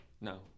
No